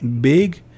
big